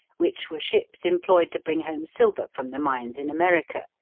which were ships employed to bring home silver from the mines in america,